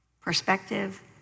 perspective